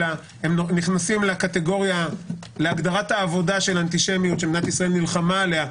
שנכנסות להגדרת העבודה של אנטישמיות שמדינת ישראל נלחמה עליה,